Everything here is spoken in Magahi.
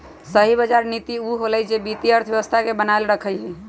सही बजार नीति उ होअलई जे वित्तीय अर्थव्यवस्था के बनाएल रखई छई